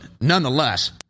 nonetheless